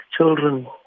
children